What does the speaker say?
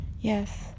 Yes